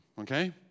okay